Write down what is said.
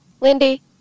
Lindy